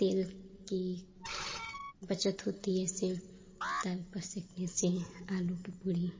तेल की बचत होती है इससे तवे पर सेंकने से आलू की पूड़ी